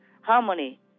harmony